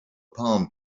palm